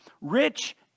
rich